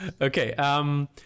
Okay